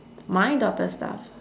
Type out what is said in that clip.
my daughter's stuff